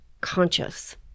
conscious